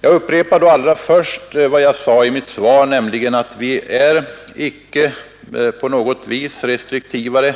Jag upprepar allra först vad jag sade i mitt svar, nämligen att vi inte på något vis är restriktivare